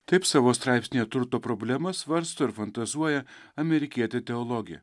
taip savo straipsnyje turto problemas svarsto ir fantazuoja amerikietė teologė